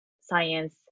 science